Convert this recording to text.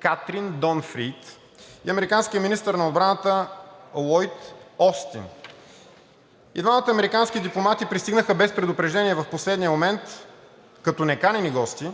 Карън Донфрийд и американският министър на отбраната Лойд Остин. И двамата американски дипломати пристигнаха без предупреждение в последния момент, като неканени гости,